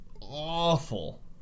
awful